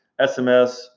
SMS